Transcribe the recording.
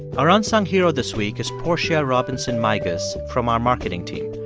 our unsung hero this week is portia robinson migas from our marketing team.